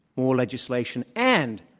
more legislation and,